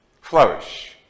flourish